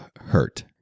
hurt